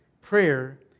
prayer